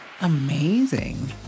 amazing